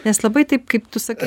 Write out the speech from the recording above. nes labai taip kaip tu sakai